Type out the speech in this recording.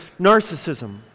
narcissism